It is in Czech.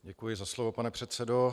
Děkuji za slovo, pane předsedo.